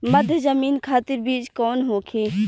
मध्य जमीन खातिर बीज कौन होखे?